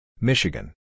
Michigan